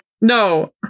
No